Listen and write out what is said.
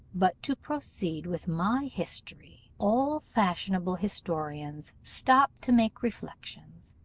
but to proceed with my history all fashionable historians stop to make reflections,